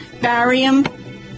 Barium